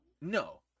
No